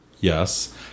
yes